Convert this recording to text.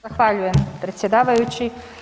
Zahvaljujem predsjedavajući.